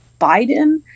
Biden